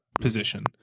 position